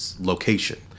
location